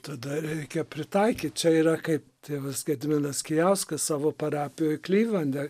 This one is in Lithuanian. tada reikia pritaikyt čia yra kaip tėvas gediminas kijauskas savo parapijoj klivlande